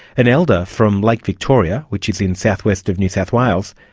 an elder from lake victoria, which is in south-west of new south wales,